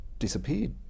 disappeared